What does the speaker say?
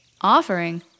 Offering